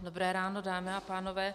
Dobré ráno, dámy a pánové.